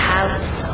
House